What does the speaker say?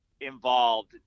involved